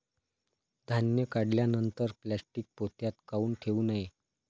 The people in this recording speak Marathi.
धान्य काढल्यानंतर प्लॅस्टीक पोत्यात काऊन ठेवू नये?